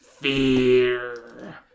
Fear